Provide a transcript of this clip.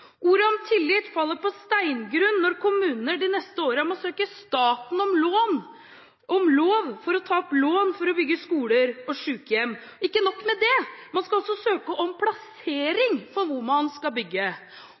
om tillit faller på steingrunn når kommuner de neste årene må søke staten om lov til å ta opp lån for å bygge skoler og sykehjem, og ikke nok med det – man skal også søke om plassering for hvor man skal bygge.